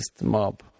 mob